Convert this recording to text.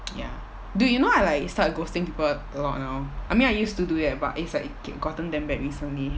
ya dude you know I like start ghosting people a lot now I mean I used to do that but it's like gotten damn bad recently